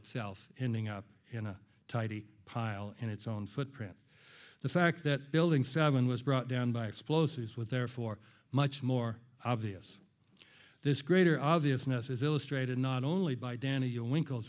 itself ending up in a tidy pile in its own footprint the fact that building seven was brought down by explosives with therefore much more obvious this greater obviousness is illustrated not only by daniel winkle